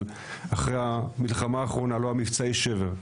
אבל אחרי המלחמה האחרונה, לא המבצע, יש שבר.